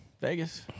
Vegas